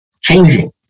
changing